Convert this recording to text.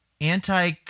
Anti